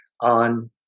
on